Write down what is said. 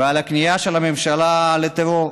ולכניעה שלה לטרור.